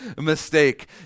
mistake